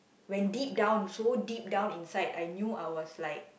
when deep down so deep down inside I knew I was like